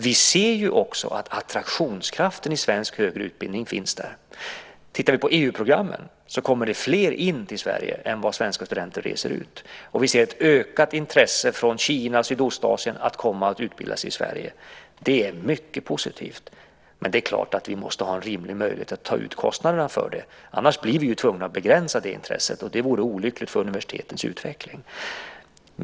Vi ser också att attraktionskraften i svensk högre utbildning finns där. Sett till EU-programmen är det fler som kommer till Sverige än svenska studenter som reser ut. Vi ser ett ökat intresse från Kina och Sydostasien för att komma hit och utbilda sig här i Sverige. Detta är mycket positivt. Men det är klart att vi måste ha en rimlig möjlighet att ta ut kostnaderna för det. Annars blir vi tvungna att begränsa det intresset. Det vore olyckligt för universitetens utveckling.